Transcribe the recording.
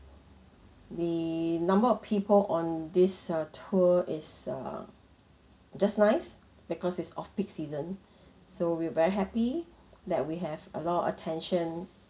the number of people on this uh tour is err just nice because it's off peak season so we're very happy that we have a lot of attention